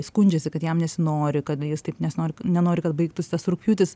skundžiasi kad jam nesinori kad jis taip nes nori nenori kad baigtųs tas rugpjūtis